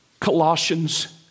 Colossians